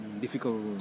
difficult